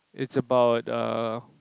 it's about err